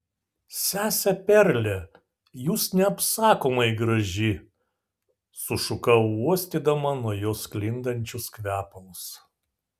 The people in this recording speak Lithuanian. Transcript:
sese perle jūs neapsakomai graži sušukau uostydama nuo jos sklindančius kvepalus